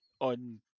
on